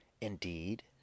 Indeed